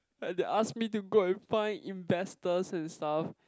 and they ask me to go and find investors and stuff